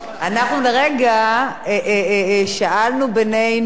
אנחנו לרגע שאלנו בינינו,